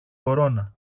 κορώνα